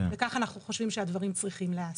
וכך אנחנו חושבים שהדברים צריכים להיעשות.